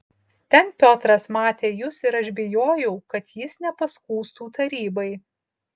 ten piotras matė jus ir aš bijojau kad jis nepaskųstų tarybai